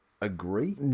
agree